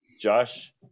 Josh